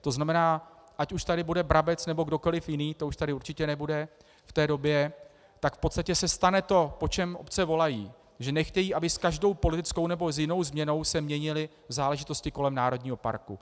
To znamená, ať už tady bude Brabec, nebo kdokoliv jiný, to už tady určitě nebude v té době, tak v podstatě se stane to, po čem obce volají, že nechtějí, aby se s každou politickou nebo jinou změnou měnily záležitosti kolem národního parku.